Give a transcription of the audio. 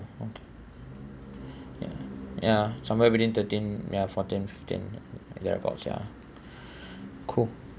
ya ya somewhere within thirteen yeah fourteen fifteen thereabouts ya cool